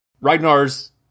Ragnar's